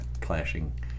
clashing